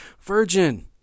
virgin